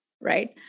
right